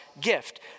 gift